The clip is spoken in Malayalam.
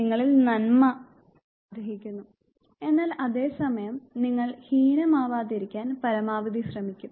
നിങ്ങളിൽ നന്മ നിങ്ങൾ ആഗ്രഹിക്കുന്നു എന്നാൽ അതേ സമയം നിങ്ങൾ ഹീനമാവാതിരിക്കാൻ പരമാവധി ശ്രമിക്കും